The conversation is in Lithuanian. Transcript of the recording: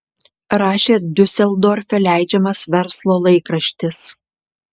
rašė diuseldorfe leidžiamas verslo laikraštis